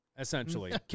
Essentially